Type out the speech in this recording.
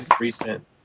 recent